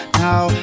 now